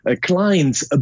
clients